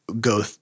go